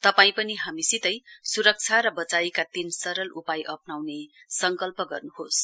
तपाई पनि हामीसितै सुरक्षा र बचाइका तीन सरल उपायहरू अप्नाउने संकल्प गर्नुहोस्